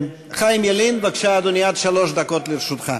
חיים ילין, בבקשה, אדוני, עד שלוש דקות לרשותך.